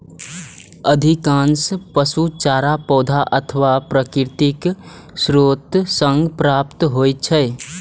अधिकांश पशु चारा पौधा अथवा प्राकृतिक स्रोत सं प्राप्त होइ छै